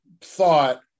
thought